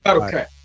okay